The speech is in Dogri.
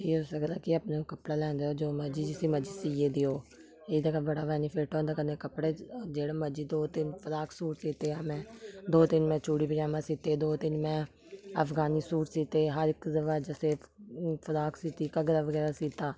एह् होई सकदा कि अपने कपड़ा लेआंदा हो जो मर्जी जिस्सी मर्जी सीऐ देओ एह्दा गै बड़ा बैनफिट्ट होंदा कन्नै कपड़ा जेह्ड़ा मर्जी दो तिन्न फ्राक सूट सीते ऐ में दो तिन्न में चूड़ी पजामा सीते दो तिन्न में अफगानी सूट सीते हर इक दे बाद जैसे फ्राक सीती घग्गरा बगैरा सीता